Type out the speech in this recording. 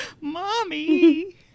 mommy